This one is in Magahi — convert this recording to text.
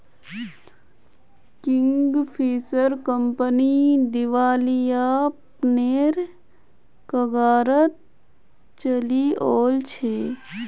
किंगफिशर कंपनी दिवालियापनेर कगारत चली ओल छै